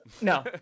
No